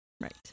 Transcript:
right